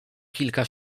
kilka